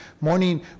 morning